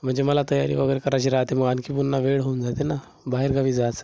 म्हणजे मला तयारी वगैरे करायची राहते मग आणखी पुन्हा वेळ होऊन जाते नं बाहेरगावी जाचं